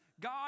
God